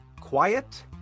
quiet